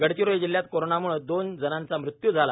गडचिरोली जिल्ह्यात कोरोनाम्ळे दोन जणांचा मृत्यू झाला